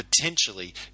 potentially